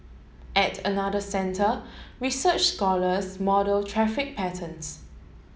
at another centre research scholars model traffic patterns